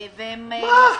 מה?